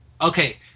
Okay